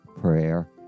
prayer